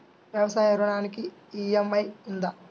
వ్యవసాయ ఋణానికి ఈ.ఎం.ఐ ఉందా?